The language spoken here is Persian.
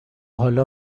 حالا